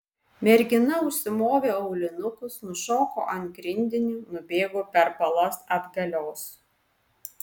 mergina užsimovė aulinukus nušoko ant grindinio nubėgo per balas atgalios